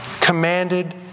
commanded